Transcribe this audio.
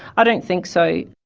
i don't think so.